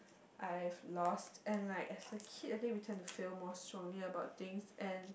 I've lost and like as kid I think we tend to feel more strongly about things and